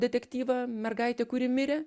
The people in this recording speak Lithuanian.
detektyvą mergaitė kuri mirė